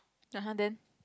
(uh huh) then